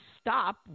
stop